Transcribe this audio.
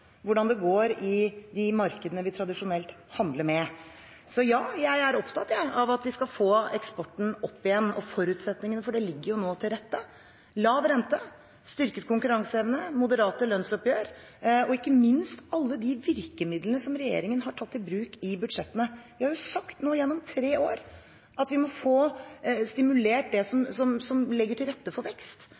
hvordan det går i de markedene vi tradisjonelt handler med. Så ja, jeg er opptatt av at vi skal få eksporten opp igjen, og forutsetningene for det ligger nå til rette – lav rente, styrket konkurranseevne, moderate lønnsoppgjør og ikke minst alle de virkemidlene som regjeringen har tatt i bruk i budsjettene. Vi har sagt nå gjennom tre år at vi må få stimulert det som legger til rette for vekst.